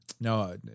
No